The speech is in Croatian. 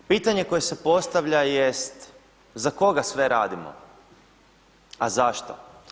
Pitanje koje se postavlja jest za koga sve radimo, a zašto?